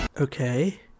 okay